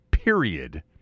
period